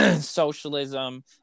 socialism